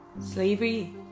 slavery